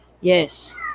Yes